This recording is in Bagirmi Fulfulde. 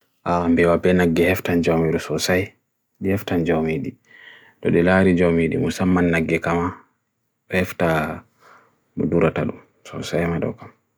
Haan bewa pe na gehaftan jaumiru. So saye, gehaftan jaumiri. Dode laari jaumiri. Musa manna ge kama, weftan budura talo. So saye madoka.